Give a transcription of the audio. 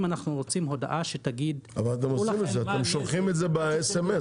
אם אנחנו רוצים הודעה שתגיד --- הם שולחים את זה ב-סמס.